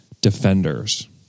defenders